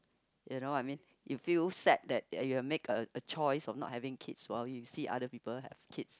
you know I mean you feel sad that you've made a a choice of not having kids while you see other people have kids